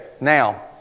now